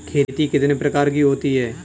खेती कितने प्रकार की होती है?